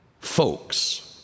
folks